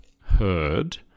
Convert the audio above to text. heard